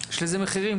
יש לזה מחירים,